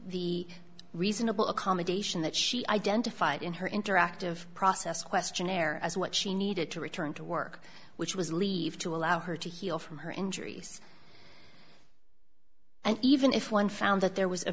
the reasonable accommodation that she identified in her interactive process questionnaire as what she needed to return to work which was leave to allow her to heal from her injuries and even if one found that there was a